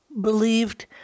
believed